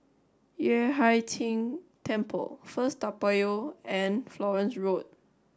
Yueh Hai Ching Temple First Toa Payoh and Florence Road